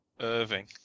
Irving